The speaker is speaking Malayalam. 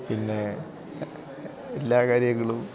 പിന്നേ എല്ലാ കാര്യങ്ങളും